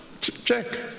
Check